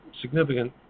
significant